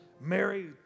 Mary